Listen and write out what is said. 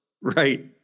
Right